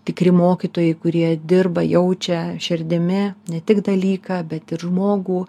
tikri mokytojai kurie dirba jaučia širdimi ne tik dalyką bet ir žmogų